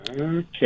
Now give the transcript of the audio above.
okay